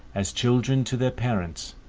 as children to their parents,